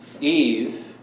Eve